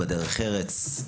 בדרך ארץ,